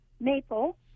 maple